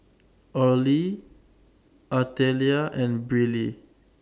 Orley Artelia and Briley